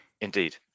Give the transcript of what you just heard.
Indeed